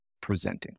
presenting